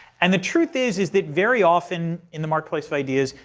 and the truth is, is that very often in the marketplace of ideas,